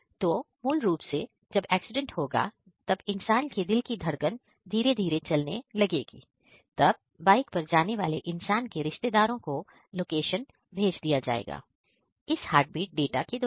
तो मूल रूप से जब एक्सीडेंट होगा तब इंसान के दिल की धड़कन धीरे धीरे चलने लगेगी तब बाइक पर जाने वाले इंसान के रिश्तेदारों को लोकेशन भेज दिया जाएगा इस हार्टबीट डाटा के द्वारा